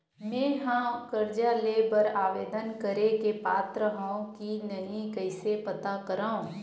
मेंहा कर्जा ले बर आवेदन करे के पात्र हव की नहीं कइसे पता करव?